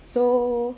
so